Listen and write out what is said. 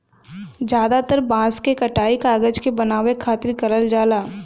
जादातर बांस क कटाई कागज के बनावे खातिर करल जाला